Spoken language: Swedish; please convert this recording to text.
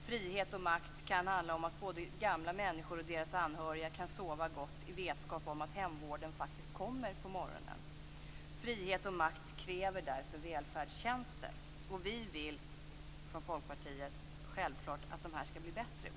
Frihet och makt kan handla om att både gamla människor och deras anhöriga kan sova gott i vetskap om att hemvården faktiskt kommer på morgonen. Frihet och makt kräver därför välfärdstjänster. Vi i Folkpartiet vill självfallet att detta skall bli bättre.